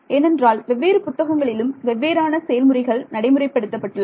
ஏனென்றால் வெவ்வேறு புத்தகங்களிலும் வெவ்வேறான செயல்முறைகள் நடைமுறைப் படுத்தப்பட்டுள்ளன